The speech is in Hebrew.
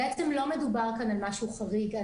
לא מדובר כאן על משהו חריג.